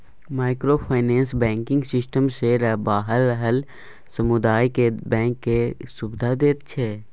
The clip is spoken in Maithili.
माइक्रो फाइनेंस बैंकिंग सिस्टम सँ बाहर रहल समुह केँ बैंक केर सुविधा दैत छै